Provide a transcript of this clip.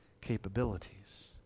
capabilities